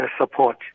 support